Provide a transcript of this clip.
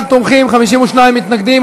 41 תומכים, 52 מתנגדים.